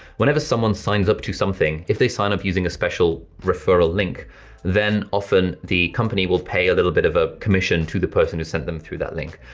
whenever someone signs up to something, if they sign up using a special referral link then often the company will pay a little bit of a commission to the person who sent them through that link.